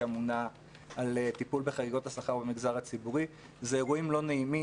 אמונה על טיפול בחריגות השכר במגזר הציבורי זה אירוע לא נעים.